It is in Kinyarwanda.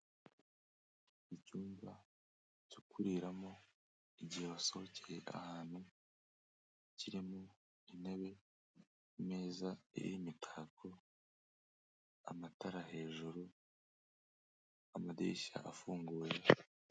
Icyumba cyo kuriramo igihe wasohokeye ahantu, kirimo intebe, imeza iriho imitako, amatara hejuru, amadirishya afunguye.